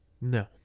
No